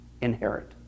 inherit